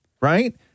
right